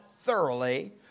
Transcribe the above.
thoroughly